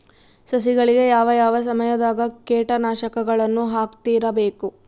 ಸಸಿಗಳಿಗೆ ಯಾವ ಯಾವ ಸಮಯದಾಗ ಕೇಟನಾಶಕಗಳನ್ನು ಹಾಕ್ತಿರಬೇಕು?